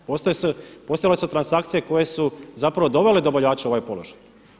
Postojale su transakcije koje su zapravo dovele dobavljače u ovaj položaj.